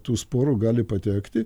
tų sporų gali patekti